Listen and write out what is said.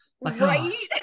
right